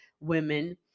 women